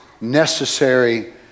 necessary